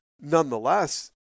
nonetheless